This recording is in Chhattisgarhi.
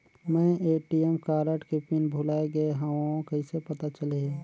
मैं ए.टी.एम कारड के पिन भुलाए गे हववं कइसे पता चलही?